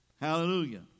Hallelujah